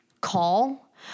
call